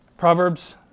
Proverbs